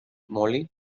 molly